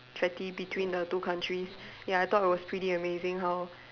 treaty between the two countries ya I thought it was pretty amazing how